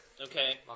Okay